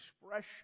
expression